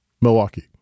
Milwaukee